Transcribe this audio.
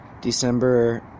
December